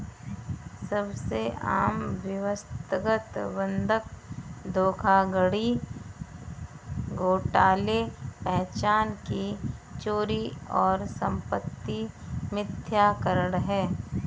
सबसे आम व्यक्तिगत बंधक धोखाधड़ी घोटाले पहचान की चोरी और संपत्ति मिथ्याकरण है